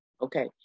okay